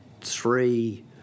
three